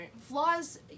flaws